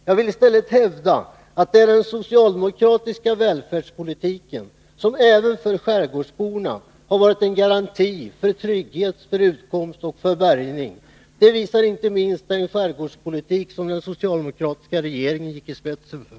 Jag vill i stället hävda att det är den socialdemokratiska välfärdspolitiken som, även för skärgårdsborna, har varit en garanti för trygghet, utkomst och bärgning. Det visar inte minst den skärgårdspolitik som den socialdemokratiska regeringen gick i spetsen för.